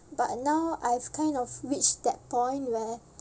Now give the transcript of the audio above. but now I've kind of reached that point where